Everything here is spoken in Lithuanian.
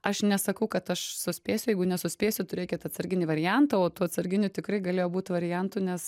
aš nesakau kad aš suspėsiu jeigu nesuspėsiu turėkit atsarginį variantą o tų atsarginių tikrai galėjo būt variantų nes